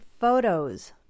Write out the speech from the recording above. photos